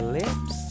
lips